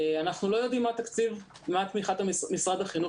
אנחנו לא יודעים מה התקציב ומה תמיכת משרד החינוך